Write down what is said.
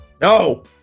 No